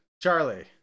Charlie